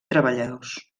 treballadors